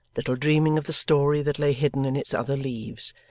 little dreaming of the story that lay hidden in its other leaves,